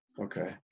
Okay